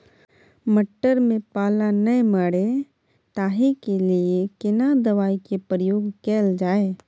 मटर में पाला नैय मरे ताहि के लिए केना दवाई के प्रयोग कैल जाए?